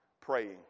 praying